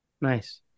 Nice